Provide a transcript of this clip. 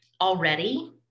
Already